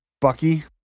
bucky